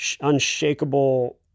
unshakable